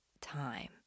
time